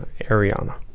Ariana